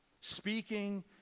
Speaking